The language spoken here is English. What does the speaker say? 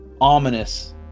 ominous